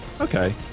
Okay